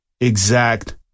exact